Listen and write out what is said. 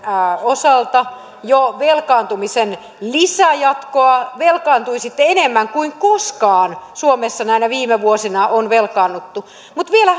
osalta jo velkaantumisen lisäjatkoa velkaantuisitte enemmän kuin koskaan suomessa näinä viime vuosina on velkaannuttu mutta vielä